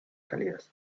cálidas